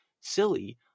silly